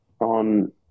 on